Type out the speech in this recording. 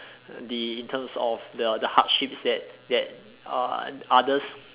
the in terms of the the hardship that that uh others